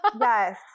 Yes